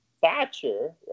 Thatcher